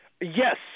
Yes